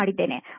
Tech ಮಾಡಿದ್ದೇನೆ